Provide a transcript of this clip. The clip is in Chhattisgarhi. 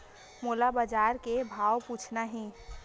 मोला बजार के भाव पूछना हे?